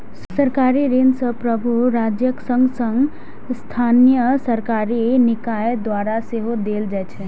सरकारी ऋण संप्रभु राज्यक संग संग स्थानीय सरकारी निकाय द्वारा सेहो देल जाइ छै